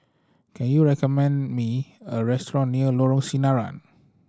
can you recommend me a restaurant near Lorong Sinaran